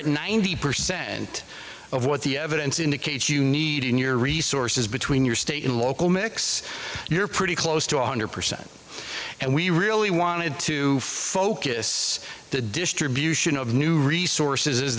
at ninety percent of what the evidence indicates you need in your resources between your state and local medics you're pretty close to one hundred percent and we really wanted to focus the distribution of new resources